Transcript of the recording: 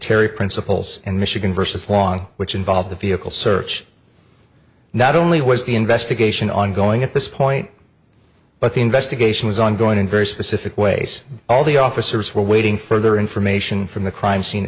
terry principals in michigan versus long which involved a vehicle search not only was the investigation ongoing at this point but the investigation is ongoing in very specific ways all the officers were awaiting further information from the crime scene